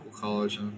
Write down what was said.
college